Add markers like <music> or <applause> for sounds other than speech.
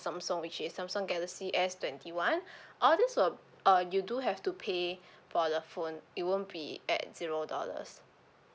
samsung which is samsung galaxy S twenty one <breath> all this will uh you do have to pay <breath> for the phone it won't be at zero dollars